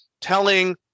telling